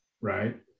right